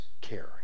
care